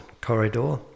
corridor